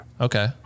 Okay